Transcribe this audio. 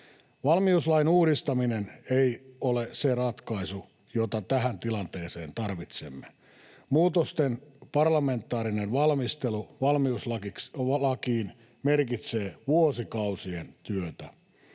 Valmiuslain uudistaminen ei ole se ratkaisu, jota tähän tilanteeseen tarvitsemme. Muutosten parlamentaarinen valmistelu valmiuslakiin merkitsee vuosikausien työtä.